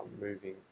moving